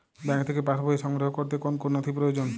Bank থেকে pass বই সংগ্রহ করতে কোন কোন নথি প্রয়োজন?